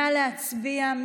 נא להצביע.